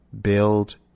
Build